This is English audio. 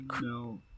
No